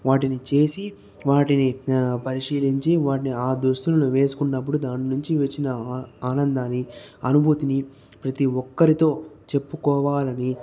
వాటిని చేసి వాటిని పరిశీలించి వాటిని ఆ దుస్తులను వేసుకున్నప్పుడు దాని నుంచి వచ్చిన ఆనందాన్ని అనుభూతిని ప్రతీ ఒక్కరితో చెప్పుకోవాలని